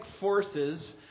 forces